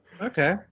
Okay